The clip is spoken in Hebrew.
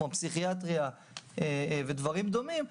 כמו פסיכיאטריה ודברים דומים,